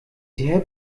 der